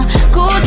Cool